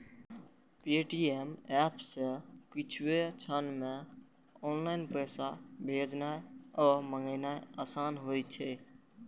Paytm app सं किछुए क्षण मे ऑनलाइन पैसा भेजनाय आ मंगेनाय आसान होइ छै